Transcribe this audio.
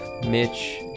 Mitch